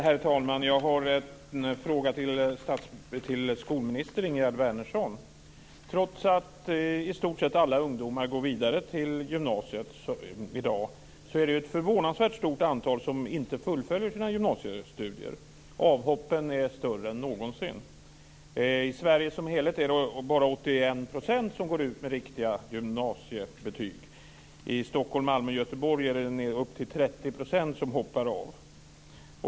Herr talman! Jag har en fråga till skolminister Trots att i stort sett alla ungdomar går vidare till gymnasiet i dag är det ett förvånansvärt stort antal som inte fullföljer sina gymnasiestudier. Avhoppen är fler än någonsin. I Sverige som helhet är det bara 81 % som går ut med riktiga gymnasiebetyg. I Stockholm, Malmö och Göteborg är det upp till 30 % som hoppar av.